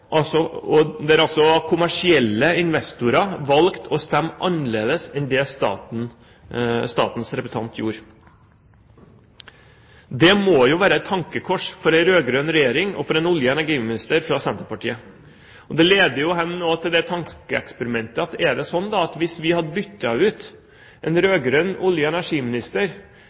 og kommersielle investorer valgte å stemme annerledes enn det statens representant gjorde. Det må jo være et tankekors for en rød-grønn regjering og for en olje- og energiminister fra Senterpartiet. Det leder jo også hen til et tankeeksperiment: Er det slik at hvis vi hadde byttet ut en rød-grønn olje- og energiminister